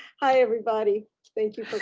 hi everybody. thank you for.